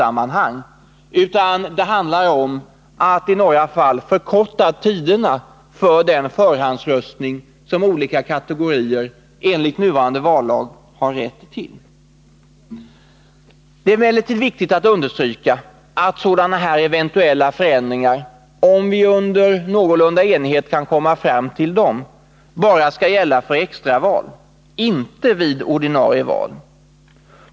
Det handlar i stället om att i några fall förkorta tiderna för den förhandsröstning som olika kategorier enligt nuvarande vallag har rätt till. Det är emellertid viktigt att understryka att sådana här eventuella förändringar — om vi under någorlunda enighet kan komma fram till dem — bara skall gälla för extraval, inte vid ordinarie val.